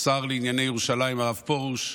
השר לענייני ירושלים הרב פרוש,